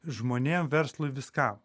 žmonėm verslui viskam